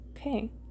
okay